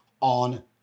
On